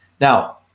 Now